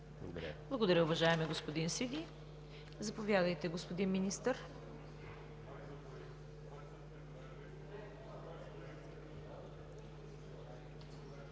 Благодаря, уважаеми господин Сиди. Заповядайте, господин Министър.